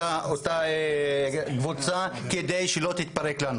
אנחנו חייבים לתקצב את הקבוצה כדי שלא תתפרק.